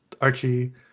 Archie